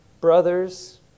brothers